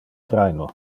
traino